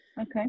Okay